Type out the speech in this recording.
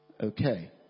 Okay